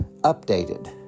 updated